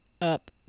up